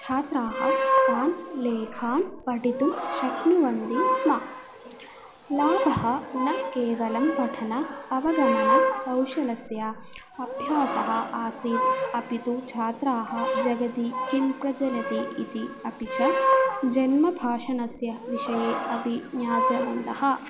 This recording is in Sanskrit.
छात्राः तान् लेखान् पठितुं शक्नुवन्ति स्म लाभः न केवलं पठन अवगमनकौशलस्य अभ्यासः आसीत् अपि तु छात्राः जगति किं प्रचलति इति अपि च जन्मभाषणस्य विषये अपि ज्ञातवन्तः